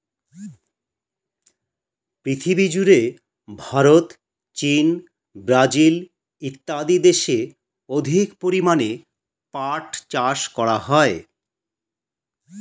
পৃথিবীজুড়ে ভারত, চীন, ব্রাজিল ইত্যাদি দেশে অধিক পরিমাণে পাট চাষ করা হয়